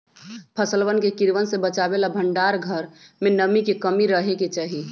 फसलवन के कीड़वन से बचावे ला भंडार घर में नमी के कमी रहे के चहि